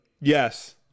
Yes